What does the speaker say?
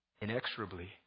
inexorably